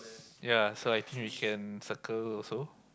yea so I think we can circle also